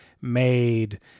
made